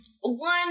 one